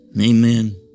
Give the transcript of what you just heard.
Amen